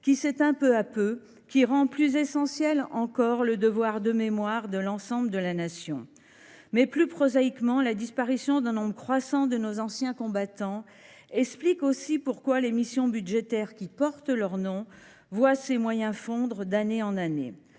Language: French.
qui s’éteint peu à peu, rendant plus essentiel encore le devoir de mémoire de l’ensemble de la Nation. Plus prosaïquement, la disparition d’un nombre croissant de nos anciens combattants explique aussi pourquoi la mission budgétaire qui porte leur nom voit ses moyens fondre d’année en année.